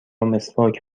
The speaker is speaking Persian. مسواک